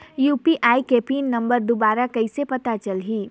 UPI के pin number दुबारा कइसे पता चलही?